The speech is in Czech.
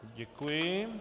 Děkuji.